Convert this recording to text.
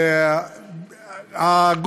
באילו מקומות?